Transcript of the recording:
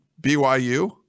BYU